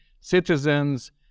citizens